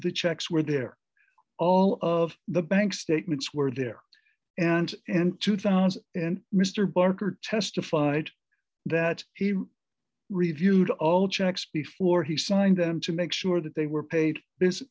the checks were there all of the bank statements were there and in two thousand and mr barker testified that he reviewed all checks before he signed on to make sure that they were paid